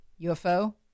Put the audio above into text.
UFO